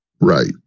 right